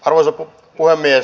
arvoisa puhemies